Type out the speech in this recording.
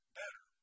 better